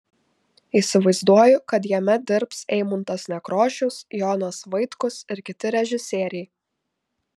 įsivaizduoju kad jame dirbs eimuntas nekrošius jonas vaitkus ir kiti režisieriai